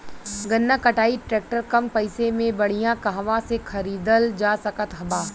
गन्ना कटाई ट्रैक्टर कम पैसे में बढ़िया कहवा से खरिदल जा सकत बा?